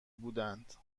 بودند